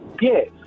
Yes